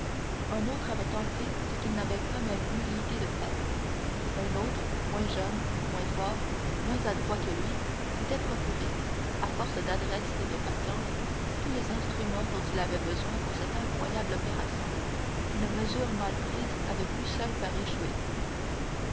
un autre avait tenté ce qu'il n'avait pas même eu l'idée de faire un autre moins jeune moins fort moins adroit que lui s'était procuré à force d'adresse et de patience tous les instruments dont il avait besoin pour cette incroyable opération qu'une mesure mal prise avait pu seule faire échouer